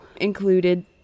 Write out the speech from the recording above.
included